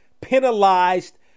penalized